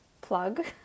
plug